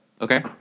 Okay